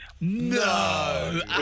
No